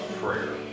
prayer